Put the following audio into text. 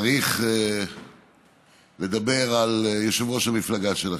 צריך לדבר על יושב-ראש המפלגה שלכם,